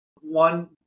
one